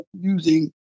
using